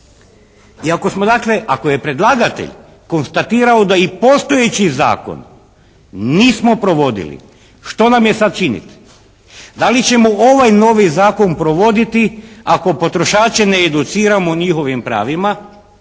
ako je predlagatelj konstatirao da i postojeći zakon nismo provodili što nam je sad činiti? Da li ćemo ovaj novi Zakon provoditi ako potrošače ne educiramo o njihovim pravima,